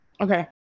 Okay